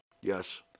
Yes